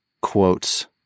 quotes